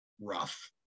rough